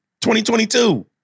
2022